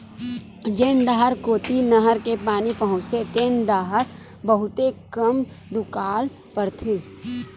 जेन डाहर कोती नहर के पानी पहुचथे तेन डाहर बहुते कम दुकाल परथे